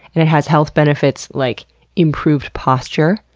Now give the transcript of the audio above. and it has health benefits like improved posture,